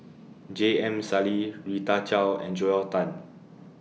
J M Sali Rita Chao and Joel Tan